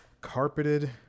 carpeted